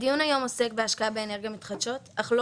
הדיון היום עוסק בהשקעה באנרגיות מתחדשות אך לא